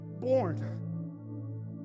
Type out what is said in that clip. born